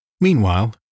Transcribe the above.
Meanwhile